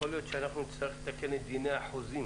יכול להיות שנצטרך לתקן את דיני החוזים